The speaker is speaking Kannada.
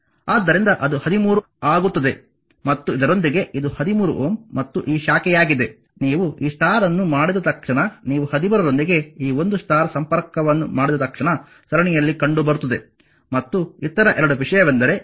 ಆದ್ದರಿಂದ ಅದು 13 ಆಗುತ್ತದೆ ಮತ್ತು ಇದರೊಂದಿಗೆ ಇದು 13Ω ಮತ್ತು ಈ ಶಾಖೆಯಾಗಿದೆ ನೀವು ಈ ಸ್ಟಾರ್ ಅನ್ನು ಮಾಡಿದ ತಕ್ಷಣ ನೀವು 13 ರೊಂದಿಗೆ ಈ ಒಂದು ಸ್ಟಾರ್ ಸಂಪರ್ಕವನ್ನು ಮಾಡಿದ ತಕ್ಷಣ ಸರಣಿಯಲ್ಲಿ ಕಂಡುಬರುತ್ತದೆ ಮತ್ತು ಇತರ 2 ವಿಷಯವೆಂದರೆ 8